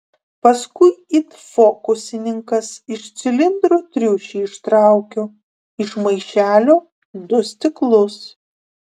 paskui it fokusininkas iš cilindro triušį ištraukiu iš maišelio du stiklus